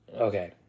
Okay